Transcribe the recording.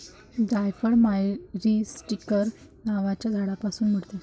जायफळ मायरीस्टीकर नावाच्या झाडापासून मिळते